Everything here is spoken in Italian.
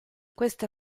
questa